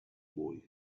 boy